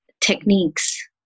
techniques